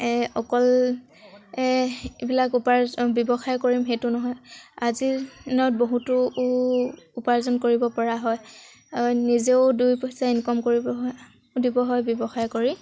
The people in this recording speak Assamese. অকল এইবিলাক উপাৰ্জন ব্যৱসায় কৰিম সেইটো নহয় আজিৰ দিনত বহুতো উপাৰ্জন কৰিবপৰা হয় নিজেও দুই পইচা ইনকম কৰিব হয় আনকো দিব হয় ব্যৱসায় কৰি